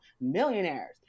millionaires